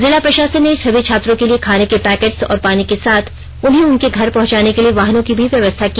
जिला प्रशासन ने सभी छात्रों के लिए खाने के पैकेट्स और पानी के साथ उन्हें उनके घर पहुंचाने के लिए वाहनों की भी व्यवस्था की